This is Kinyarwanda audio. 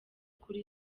kuri